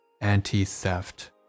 anti-theft